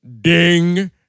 ding